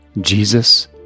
Jesus